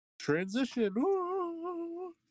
Transition